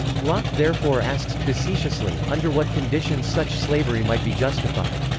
locke therefore asks, facetiously, under what conditions such slavery might be justified.